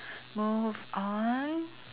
move on